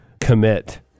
commit